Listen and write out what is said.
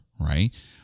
right